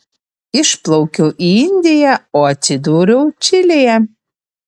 išplaukiau į indiją o atsidūriau čilėje